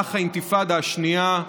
במהלך האינתיפאדה השנייה,